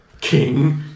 King